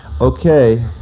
okay